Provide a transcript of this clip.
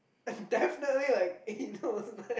definitely like anal on that